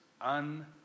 un